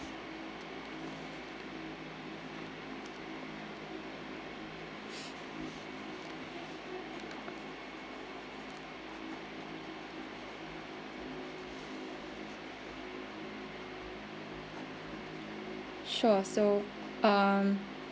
sure so uh